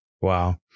Wow